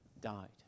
died